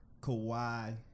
Kawhi